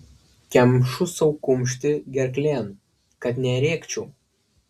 kemšu sau kumštį gerklėn kad nerėkčiau